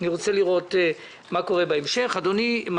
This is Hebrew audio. אני רוצה לראות מה קורה בהמשך.